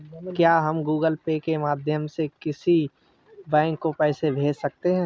क्या हम Google Pay के माध्यम से किसी बैंक को पैसे भेज सकते हैं?